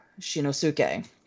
Shinosuke